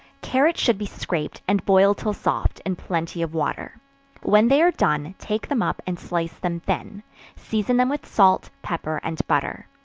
carrots should be scraped, and boiled till soft, in plenty of water when they are done, take them up, and slice them thin season them with salt, pepper and butter.